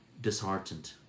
disheartened